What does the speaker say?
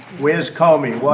where's comey?